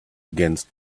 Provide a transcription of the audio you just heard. against